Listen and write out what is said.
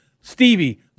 Stevie